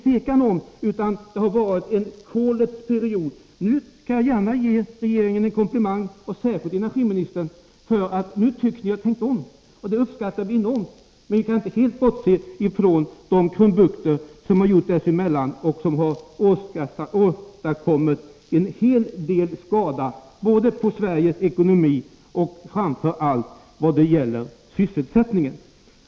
Det har utan tvivel varit en kolets period. Jag kan gärna ge regeringen, och särskilt energiministern, en komplimang för att ni nu tycks ha tänkt om. Det uppskattar vi i centern enormt. Men vi kan inte helt bortse från de krumbukter som har gjorts dessemellan och som har åstadkommit en hel del skada både på Sveriges ekonomi och framför allt i vad gäller sysselsättningen.